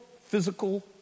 physical